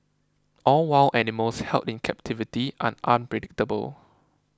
all wild animals held in captivity are unpredictable